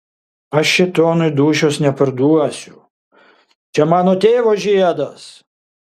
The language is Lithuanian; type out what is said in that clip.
aš šėtonui dūšios neparduosiu čia mano tėvo žiedas